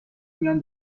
میان